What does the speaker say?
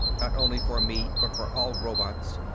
not only for me but for all robots.